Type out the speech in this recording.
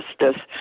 justice